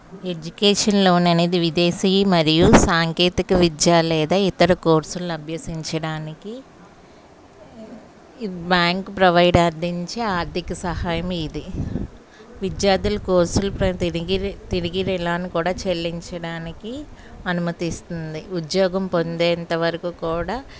education loan అనేది విదేశీ మరియు సాంకేతికత విద్యా లేదా ఇతర కోర్సులు అభ్యసించడానికి బ్యాంకు ప్రొవైడ్ అందించే ఆర్థిక సహాయం ఇది విద్యార్థులు కోర్సులుపై తిరిగి తిరిగి ఇలా కూడా చెల్లించడానికి అనుమతిస్తుంది ఉద్యోగం పొందేంతవరకు కూడా